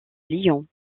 lyon